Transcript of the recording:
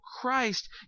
christ